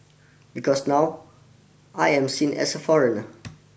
because now I am seen as a foreigner